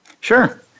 Sure